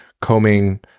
combing